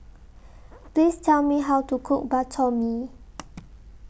Please Tell Me How to Cook Bak Chor Mee